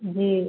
जी